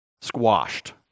squashed